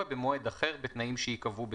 במועד אחר בתנאים שייקבעו בתום-לב."